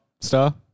star